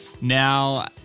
Now